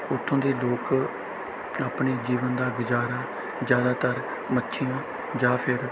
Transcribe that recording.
ਉੱਥੋਂ ਦੇ ਲੋਕ ਆਪਣੇ ਜੀਵਨ ਦਾ ਗੁਜ਼ਾਰਾ ਜ਼ਿਆਦਾਤਰ ਮੱਛੀਆਂ ਜਾਂ ਫਿਰ